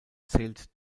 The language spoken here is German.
zählt